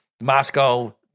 Moscow